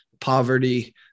poverty